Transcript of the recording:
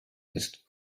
ist